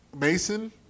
Mason